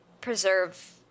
preserve